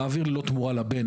מעביר לו תמורה לבן,